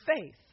faith